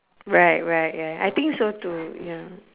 right right ya I think so too ya